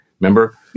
Remember